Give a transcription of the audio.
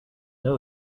know